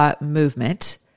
movement